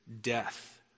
death